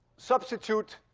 substitute